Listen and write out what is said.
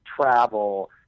travel